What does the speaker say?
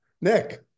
Nick